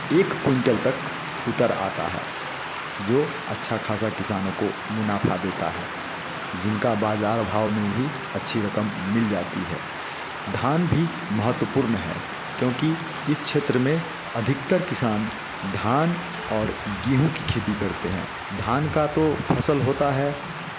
एक क्विंटल तक उतर आता है जो अच्छा खासा किसानों को मुनाफा देता है जिनका बाजार भाव में भी अच्छी रकम मिल जाती है धान भी महत्वपूर्ण है क्योंकि इस क्षेत्र में अधिकतर किसान धान और गेहूँ की खेती करते हैं धान का तो फसल होता है